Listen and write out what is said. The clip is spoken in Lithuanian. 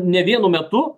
ne vienu metu